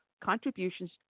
contributions